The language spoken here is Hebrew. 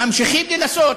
ממשיכים לנסות,